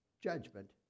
judgment